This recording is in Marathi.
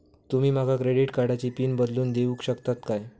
तुमी माका क्रेडिट कार्डची पिन बदलून देऊक शकता काय?